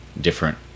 different